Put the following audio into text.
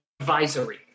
advisory